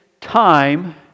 time